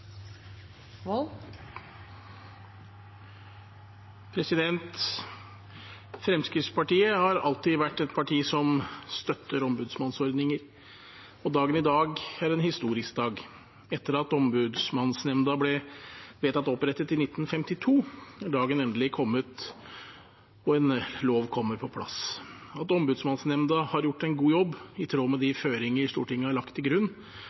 en historisk dag. Etter at Ombudsmannsnemnda ble vedtatt opprettet i 1952, er dagen endelig kommet, og en lov kommer på plass. At Ombudsmannsnemnda har gjort en god jobb, i tråd med de føringer Stortinget har lagt til grunn,